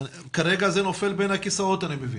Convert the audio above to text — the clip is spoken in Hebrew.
כרגע זה נופל בין הכיסאות אני מבין?